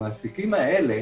המעסיקים האלה,